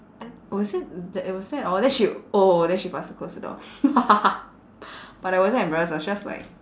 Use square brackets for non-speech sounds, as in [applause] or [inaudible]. and was it that was that all then she oh then she faster closed the door [laughs] but I wasn't embarrassed I was just like